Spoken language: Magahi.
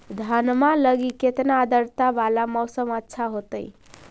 धनमा लगी केतना आद्रता वाला मौसम अच्छा होतई?